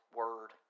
word